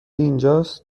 اینجاست